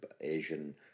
Asian